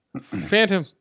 Phantom